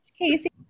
Casey